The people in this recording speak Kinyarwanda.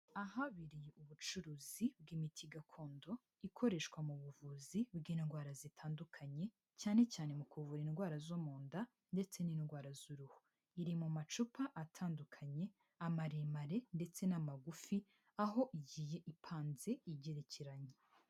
Ahabereye ubucuruzi bw'imiti gakondo ikoreshwa mu buvuzi bw'indwara zitandukanye cyane cyane mu kuvura indwara zo mu nda ndetse n'indwara z'uruhu. Iri mu macupa atandukanye maremare ndetse n'amagufi, aho igiye ipanzi igerekeranye.